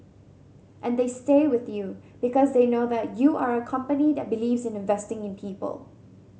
and they stay with you because they know that you are a company that believes in investing in people